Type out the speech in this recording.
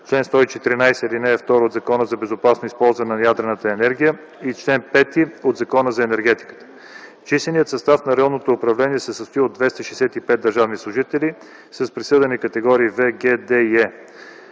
чл. 114, ал. 2 от Закона за безопасно използване на ядрената енергия и чл. 5 от Закона за енергетиката. Численият състав на районното управление се състои от 265 държавни служители с присъдени категории „В”, „Г”, „Д” и „Е”.